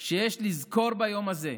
שיש לזכור ביום הזה.